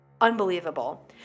Unbelievable